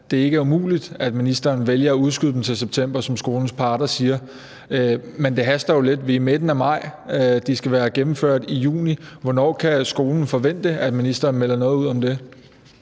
at det ikke er umuligt, at ministeren vælger at udskyde dem til september, som skolens parter foreslår. Men det haster jo lidt. Vi er i midten af maj. De skal være gennemført i juni. Hvornår kan skolerne forvente at ministeren melder noget ud om det?